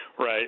Right